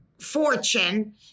fortune